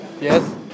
Yes